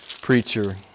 preacher